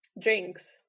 drinks